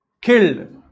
killed